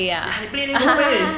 ya they play then go home already